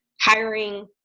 hiring